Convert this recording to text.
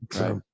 Right